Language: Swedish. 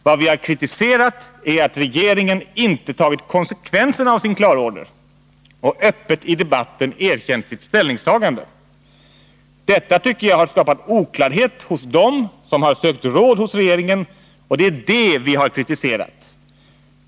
Vad vi har kritiserat är att regeringen inte tagit konsekvenserna av sin klarorder och öppet i debatten erkänt sitt ställningstagande. Detta tycker jag har skapat oklarhet hos dem som har sökt råd hos regeringen, och det är det vi har kritiserat.